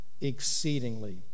exceedingly